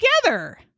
together